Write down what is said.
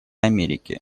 америки